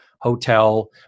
hotel